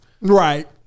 Right